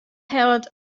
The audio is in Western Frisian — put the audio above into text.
hellet